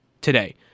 today